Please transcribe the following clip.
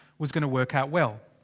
was gonna work out well.